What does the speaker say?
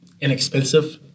inexpensive